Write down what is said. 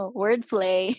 wordplay